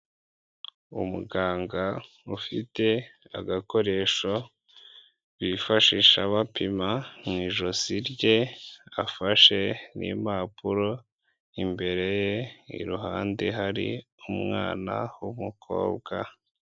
Umuganga ufite agakoresho bifashisha bapima mu ijosi rye, afashe n'impapuro, imbere ye iruhande hari umwana w'umukobwa.